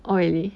oh really